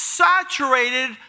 saturated